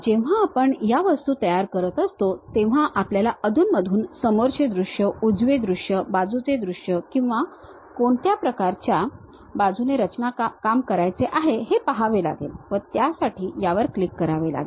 जेव्हा आपण या वस्तू तयार करत असतो तेव्हा आपल्याला अधूनमधून समोरचे दृश्य उजवे दृश्य बाजूचे दृश्य किंवा कोणत्या बाजूने रचनाकाम करायचे आहे हे पाहावे लागेल व त्यासाठी यावर क्लिक करावे लागेल